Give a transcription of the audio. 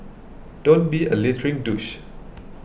don't be a littering douche